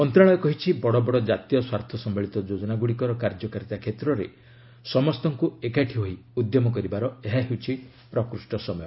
ମନ୍ତ୍ରଣାଳୟ କହିଛି ବଡ଼ବଡ଼ ଜାତୀୟ ସ୍ୱାର୍ଥସମ୍ଭଳିତ ଯୋଜନାଗୁଡ଼ିକର କାର୍ଯ୍ୟକାରିତା କ୍ଷେତ୍ରରେ ସମସ୍ତଙ୍କୁ ଏକାଠି ହୋଇ ଉଦ୍ୟମ କରିବାର ଏହା ହେଉଛି ପ୍ରକୃଷ୍ଟ ସମୟ